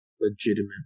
legitimate